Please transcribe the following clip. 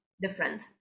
different